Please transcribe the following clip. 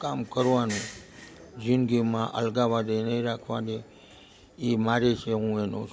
કામ કરવાનું જિંદગીમાં અલગાવાદી નહીં રાખવાની એ મારી છે હું એનો છું